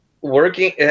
working